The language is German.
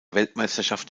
weltmeisterschaft